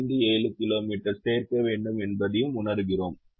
57 kilometre சேர்க்க வேண்டும் என்பதை உணர்கிறோம்